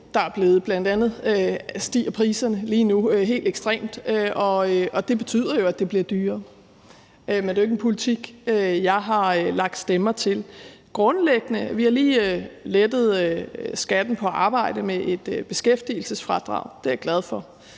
der er blevet dyrere, bl.a. stiger priserne lige nu helt ekstremt, og det betyder jo, at det bliver dyrere. Men det er jo ikke en politik, jeg har lagt stemme til. Vi har lige lettet skatten på arbejde med et beskæftigelsesfradrag. Det er jeg glad for.